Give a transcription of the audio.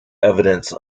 evidence